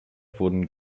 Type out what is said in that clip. wurden